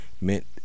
meant